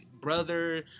brother